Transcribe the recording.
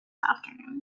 afternoon